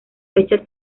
fecha